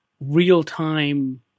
real-time